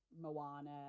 Moana